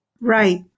Right